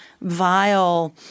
vile